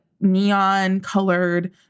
neon-colored